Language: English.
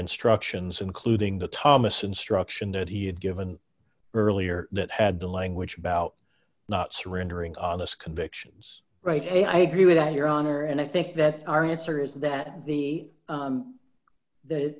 instructions including the thomas instruction that he had given earlier that had the language about not surrendering on this convictions right and i agree with that your honor and i think that our answer is that the